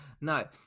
no